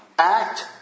Act